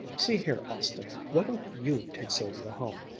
see here, austin, why don't you take sylvia home?